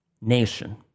nation